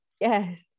Yes